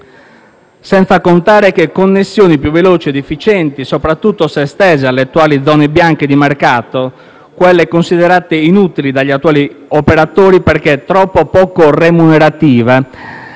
senza contare che connessioni più veloci ed efficienti, soprattutto se estese alle attuali zone bianche di mercato - quelle considerate inutili dagli attuali operatori perché troppo poco remunerative